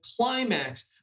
climax